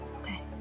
Okay